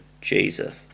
Jesus